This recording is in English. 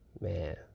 man